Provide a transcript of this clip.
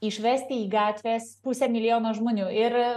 išvesti į gatvės pusę milijono žmonių ir